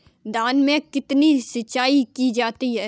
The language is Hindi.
धान में कितनी सिंचाई की जाती है?